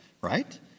right